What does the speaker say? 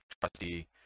trusty